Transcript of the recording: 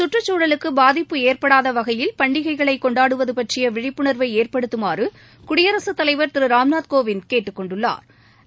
சுற்றுச்சூழலுக்கு பாதிப்பு ஏற்படாத வகையில் பண்டிகைகளை கொண்டாடுவது பற்றி விழிப்புணர்வை ஏற்படுத்துமாறு குடியரசுத் தலைவர் திரு ராம்நாத் கோவிந்த் கேட்டுக் கொண்டுள்ளா்